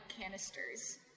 canisters